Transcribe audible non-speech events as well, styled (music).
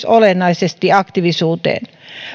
(unintelligible) olennaisesti aktiivisuuteen